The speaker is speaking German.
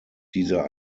dieser